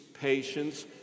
patience